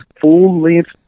full-length